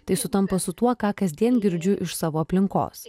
tai sutampa su tuo ką kasdien girdžiu iš savo aplinkos